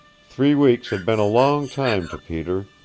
three weeks had been a long time to peter,